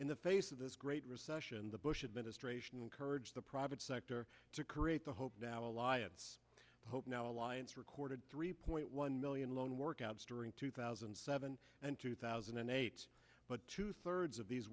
in the face of this great recession the bush administration encouraged the private sector to create the hope now alliance hope now alliance recorded three point one million loan workouts during two thousand and seven and two thousand and eight but two thirds of these